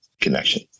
connection